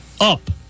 up